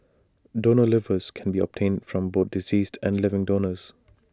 donor livers can be obtained from both deceased and living donors